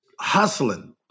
hustling